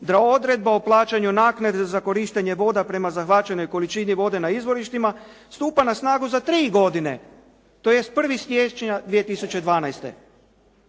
odreda o plaćanju naknade za korištenje voda prema zahvaćenoj količini vode na izvorištima, stupa na snagu za tri godine, tj. 1. siječnja 2012.